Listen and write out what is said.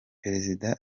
perezida